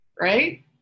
right